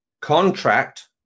contract